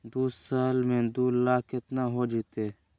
दू साल में दू लाख केतना हो जयते?